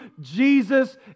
Jesus